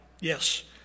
Yes